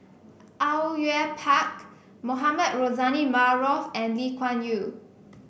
Au Yue Pak Mohamed Rozani Maarof and Lee Kuan Yew